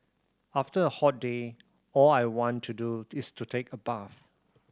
after a hot day all I want to do is to take a bath